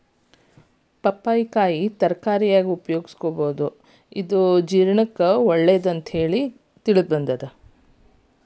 ಪಪ್ಪಾಯಿ ಕಾಯಿನ ತರಕಾರಿಯಾಗಿ ಉಪಯೋಗಿಸಬೋದು, ಇದು ಒಳ್ಳೆ ಜೇರ್ಣಕಾರಿ ಎಂದು ಪ್ರಸಿದ್ದಾಗೇತಿ